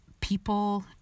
people